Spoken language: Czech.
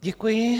Děkuji.